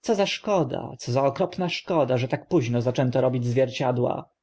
co za szkoda co za okropna szkoda że tak późno zaczęto robić zwierciadła